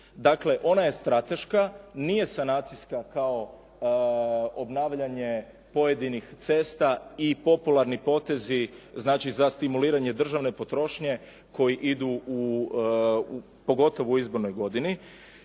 Dakle, ona je strateška, nije sanacijska kao obnavljanje pojedinih cesta i popularni potezi, znači za stimuliranje državne potrošnje koji idu pogotovo u izbornoj godini.